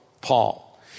Paul